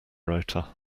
rota